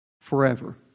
Forever